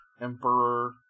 Emperor